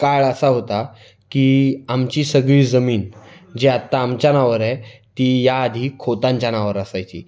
काळ असा होता की आमची सगळी जमीन जी आत्ता आमच्या नावावर आहे ती याआधी खोतांच्या नावावर असायची